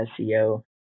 SEO